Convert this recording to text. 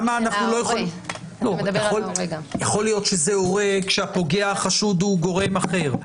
יכול להיות שזה הורה כשהגורם החשוב הוא גורם אחר.